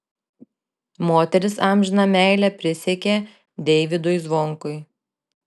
moteris amžiną meilę prisiekė deivydui zvonkui